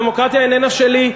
הדמוקרטיה איננה שלי.